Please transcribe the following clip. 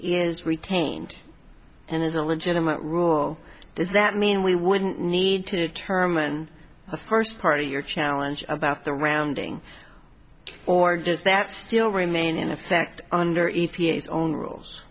is retained and is a legitimate rule does that mean we wouldn't need to determine the first part of your challenge about the rounding or does that still remain in effect under e p a s own rules